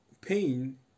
pain